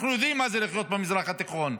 אנחנו יודעים מה זה לחיות במזרח התיכון.